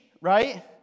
right